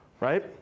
right